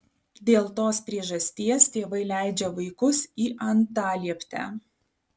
dėl tos priežasties tėvai leidžia vaikus į antalieptę